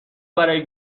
برای